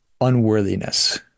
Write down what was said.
unworthiness